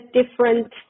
different